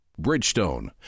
Bridgestone